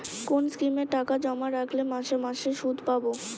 কোন স্কিমে টাকা জমা রাখলে মাসে মাসে সুদ পাব?